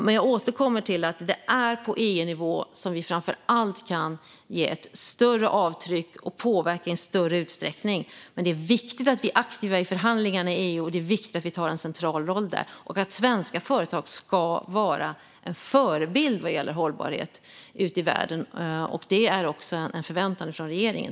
Men jag återkommer till att det är på EU-nivå som vi framför allt kan göra ett större avtryck och påverka i större utsträckning. Men det är viktigt att vi är aktiva i förhandlingarna i EU och tar en central roll där och att svenska företag ska vara en förebild vad gäller hållbarhet ute i världen. Det är också en förväntan från regeringen.